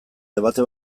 debate